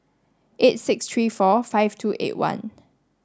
eight six three four five two eight one